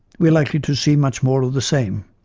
we are likely to see much more of the same.